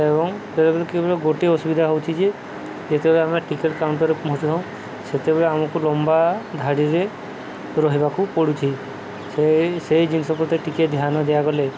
ଏବଂ ବେଳେବେଳେ କେବଳ ଗୋଟିଏ ଅସୁବିଧା ହେଉଛି ଯେତେବେଳେ ଆମେ ଟିକେଟ୍ କାଉଣ୍ଟର୍ରେ ପହଞ୍ଚିଥାଉ ସେତେବେଳେ ଆମକୁ ଲମ୍ବା ଧାଡ଼ିରେ ରହିବାକୁ ପଡ଼ୁଛି ସେ ସେଇ ଜିନିଷ ପ୍ରତି ଟିକେ ଧ୍ୟାନ ଦିଆଗଲେ